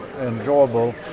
enjoyable